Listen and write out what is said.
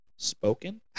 Spoken